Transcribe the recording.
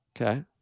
Okay